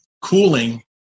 cooling